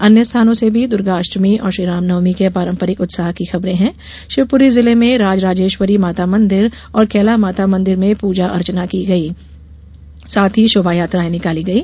अन्य स्थानों से भी दुर्गाष्टमी और श्री राम नवमी के पारंपरिक उत्साह की खबरें हैं शिवपुरी जिले में राजराजेश्वरी माता मंदिर और कैला माता मंदिर में पूजा अर्चना की गयी साथ ही शोभा यात्रा निकाली गयी